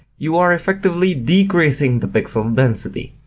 you are effectively decreasing the pixel density.